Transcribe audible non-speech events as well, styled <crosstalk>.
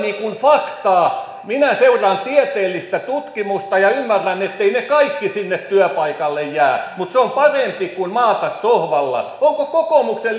faktaa minä seuraan tieteellistä tutkimusta ja ja ymmärrän etteivät ne kaikki sinne työpaikalle jää mutta se on parempi kuin maata sohvalla onko kokoomuksen <unintelligible>